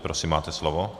Prosím, máte slovo.